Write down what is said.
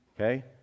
Okay